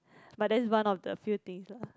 but that's one of the few things lah